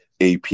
AP